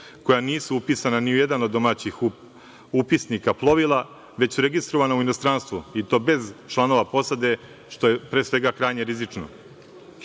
koja nisu upisana ni u jedan od domaćih upisnika plovila, već su registrovana u inostranstvu, i to bez članova posade, što je pre svega krajnje rizično.